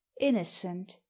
innocent